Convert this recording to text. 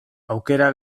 aukera